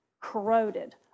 corroded